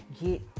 get